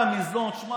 חבר הכנסת ולדימיר, שב,